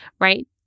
Right